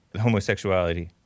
homosexuality